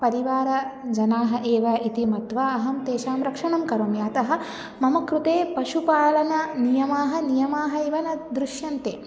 परिवारजनाः एव इति मत्वा अहं तेषां रक्षणं करोमि अतः मम कृते पशुपालननियमाः नियमाः इव न दृश्यन्ते